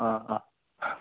अँ अँ अँ